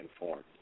informed